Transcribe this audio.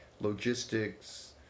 logistics